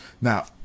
Now